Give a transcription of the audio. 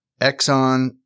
Exxon